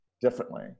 differently